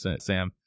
Sam